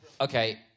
Okay